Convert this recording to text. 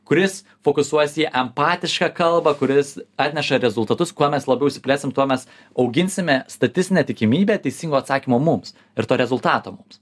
kuris fokusuojasi į empatišką kalbą kuris atneša rezultatus kuo mes labiau išsiplėsim tuo mes auginsime statistinę tikimybę teisingo atsakymo mums ir to rezultato mums